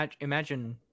Imagine